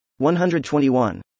121